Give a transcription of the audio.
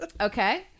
Okay